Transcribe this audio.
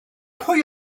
pwy